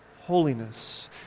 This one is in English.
holiness